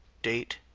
date,